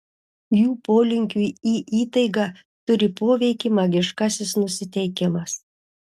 jų polinkiui į įtaigą turi poveikį magiškasis nusiteikimas